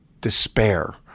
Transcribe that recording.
despair